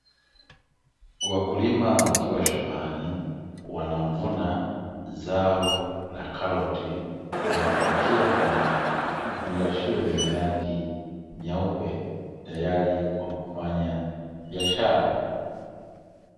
Wakulima wakiwa shambani wanavuna zao la karoti nakupakia kwenye vifungashio vyenye rangi nyeupe tayari kwa kufanya biashara.